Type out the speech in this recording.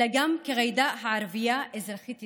אלא גם כג'ידא הערבייה אזרחית ישראל.